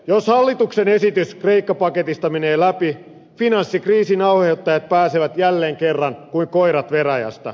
jos hallituksen esitys kreikka paketista menee läpi finanssikriisin aiheuttajat pääsevät jälleen kerran kuin koirat veräjästä